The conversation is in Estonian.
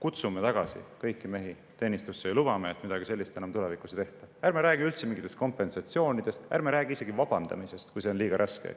teenistusse tagasi kõiki mehi, [kes ametist vabastati], ja lubame, et midagi sellist enam tulevikus ei tehta." Ärme räägi üldse mingitest kompensatsioonidest, ärme räägi isegi vabandamisest, kui see on liiga raske,